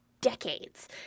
decades